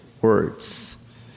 words